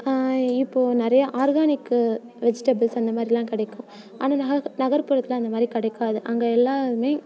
இப்போது நிறையா organic vegetables அந்த மாதிரிலாம் கிடைக்கும் ஆனால் நகர்புறத்தில் அந்த மாதிரி கிடைக்காது அங்கே எல்லாருமே